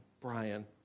Brian